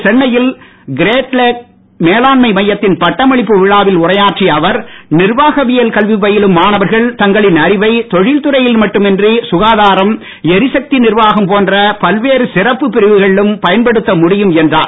இன்று சென்னையில் கிரேட்லேக் மேலாண்மை மையத்தின் பட்டமளிப்பு விழாவில் உரையாற்றிய அவர் நிர்வாகவியல் கல்வி பயிலும் மாணவர்கள் தங்களின் அறிவை தொழில்துறையில் மட்டுமின்றி சுகாதாரம் எரிசக்தி நிர்வாகம் போன்ற பல்வேறு சிறப்பு பிரிவுகளிலும் பயன்படுத்த முடியும் என்றார்